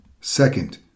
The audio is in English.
Second